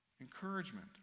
Encouragement